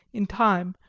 in time,